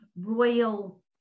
royal